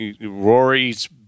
Rory's